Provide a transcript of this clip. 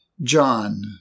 John